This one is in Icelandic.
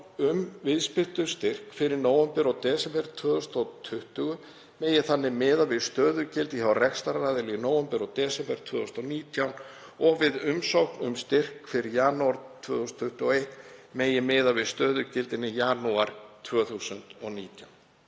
um viðspyrnustyrk fyrir nóvember og desember 2020 megi þannig miða við stöðugildi hjá rekstraraðila í nóvember og desember 2019 og við umsókn um styrk fyrir janúar 2021 megi miða við stöðugildin í janúar 2019